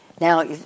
Now